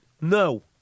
no